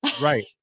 Right